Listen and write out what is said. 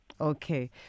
Okay